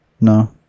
No